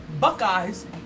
Buckeyes